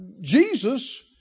Jesus